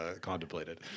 contemplated